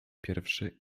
pierwszy